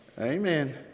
Amen